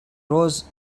rose